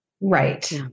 Right